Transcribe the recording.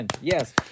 Yes